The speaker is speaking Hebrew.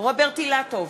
רוברט אילטוב,